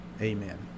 amen